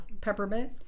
peppermint